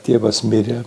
tėvas mirė